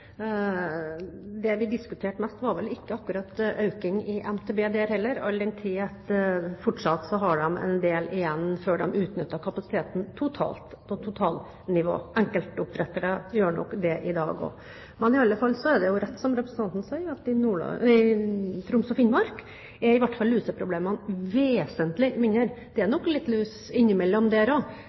Det vi diskuterte mest, var vel ikke akkurat økning i MTB, all den tid de fortsatt har en del igjen før de utnytter kapasiteten på totalnivå. Enkeltoppdrettere gjør nok det også i dag. Det er rett som representanten sier, at luseproblemene er vesentlig mindre i Troms og Finnmark. Men det er nok litt lus innimellom der